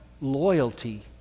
loyalty